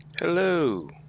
Hello